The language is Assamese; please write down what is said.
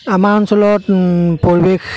আমাৰ অঞ্চলত পৰিৱেশ